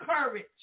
courage